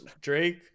Drake